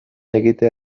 egitea